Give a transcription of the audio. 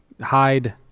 hide